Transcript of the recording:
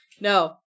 No